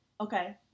Okay